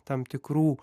tam tikrų